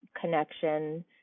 connection